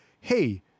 hey